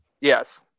Yes